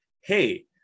hey